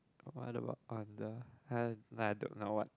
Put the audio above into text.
what about on the I I don't know what